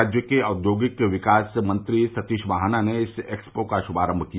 राज्य के औद्योगिक विकास मंत्री सतीश महाना ने इस एक्सपो का शुमारम्म किया